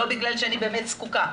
ולא בגלל שאני באמת זקוקה.